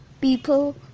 people